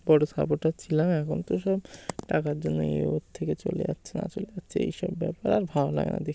বড় সাপোর্টার ছিলাম এখন তো সব টাকার জন্য এ ওর থেকে চলে যাচ্ছে না চলে যাচ্ছে এই সব ব্যাপার আর ভালো লাগে না দেখতে